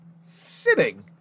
sitting